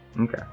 Okay